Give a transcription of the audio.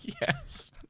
Yes